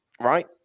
right